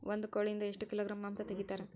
ಒಂದು ಕೋಳಿಯಿಂದ ಎಷ್ಟು ಕಿಲೋಗ್ರಾಂ ಮಾಂಸ ತೆಗಿತಾರ?